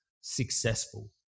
successful